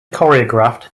choreographed